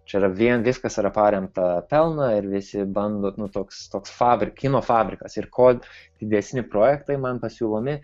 čia yra vien viskas yra paremta pelną ir visi bando nu toks toks fabrik kino fabrikas ir ko didesni projektai man pasiūlomi